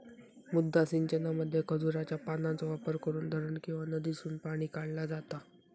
मुद्दा सिंचनामध्ये खजुराच्या पानांचो वापर करून धरण किंवा नदीसून पाणी काढला जाता